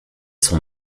sont